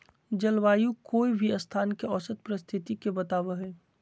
जलवायु कोय भी स्थान के औसत परिस्थिति के बताव हई